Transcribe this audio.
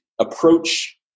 approach